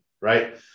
Right